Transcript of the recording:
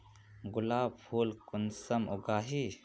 गुलाब फुल कुंसम उगाही?